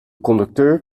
conducteur